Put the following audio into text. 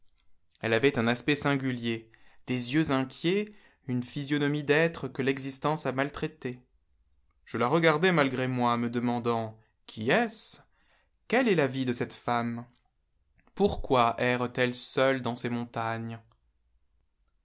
elle avait un aspect singulier des yeux inquiets une physionomie d'être que l'existence a maltraité je la regardais malgré moi me demandant rr qui est-ce quelle est la h l comks du jour el dk la nuii ic de cette femme pourquoi crre t clle seule dans ces montagnes